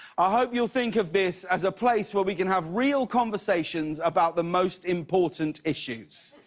i hope you'll think of this as a place where we can have real conversations about the most important issues.